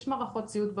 מערכות ציות,